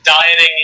Dieting